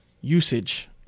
usage